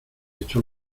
echó